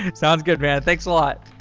sounds good man, thanks a lot.